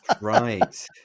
Right